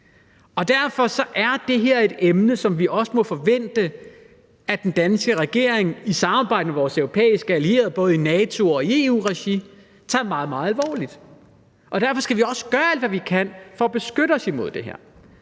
Så derfor er det her et emne, som vi også må forvente, at den danske regering i samarbejde med vores europæiske allierede, både i NATO- og i EU-regi, tager meget, meget alvorligt. Og derfor skal vi også gøre alt, hvad vi kan, for at beskytte os imod det her.